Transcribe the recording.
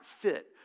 fit